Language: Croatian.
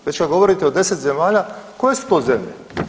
Već kad govorite o 10 zemalja, koje su to zemlje?